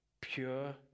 pure